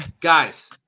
guys